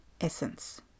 essence